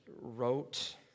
wrote